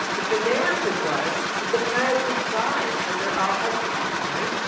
but the narrative was that the planet would thrive under our husbandry right?